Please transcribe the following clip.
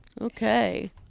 Okay